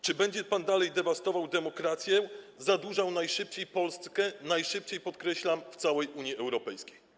Czy będzie pan dalej dewastował demokrację, zadłużał Polskę najszybciej, najszybciej - podkreślam - w całej Unii Europejskiej?